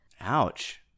Ouch